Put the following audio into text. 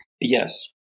Yes